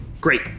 Great